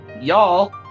y'all